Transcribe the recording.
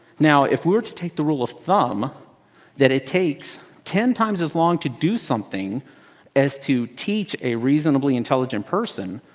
now if we were to take the rule of thumb that it takes ten times as long to do something as to teach a reasonably intelligent person,